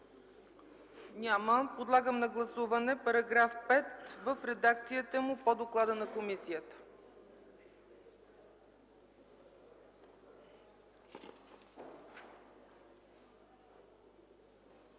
Подлагам на гласуване чл. 54 в редакцията му по доклада на комисията.